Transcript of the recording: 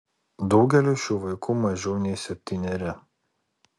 daugeliui šių vaikų mažiau nei septyneri